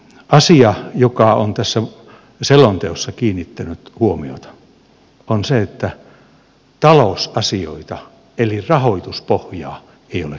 asia joka on tässä selonteossa kiinnittänyt huomiota on se että talousasioita eli rahoituspohjaa ei ole käsitelty lainkaan